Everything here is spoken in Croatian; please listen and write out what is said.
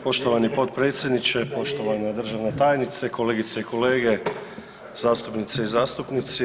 Poštovani potpredsjedniče, poštovana državna tajnice, kolegice i kolege, zastupnice i zastupnici.